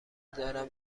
دارم